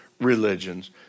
religions